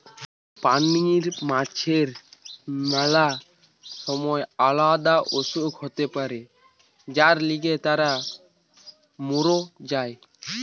পানির মাছের ম্যালা সময় আলদা অসুখ হতে পারে যার লিগে তারা মোর যায়